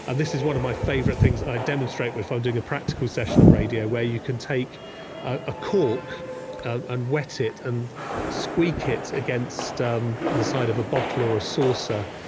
and this is one of my favorite things i demonstrate with while doing a practical session of radio, where you can take a cork and wet it, and squeak it against um the side of a bottle or a saucer.